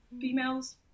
females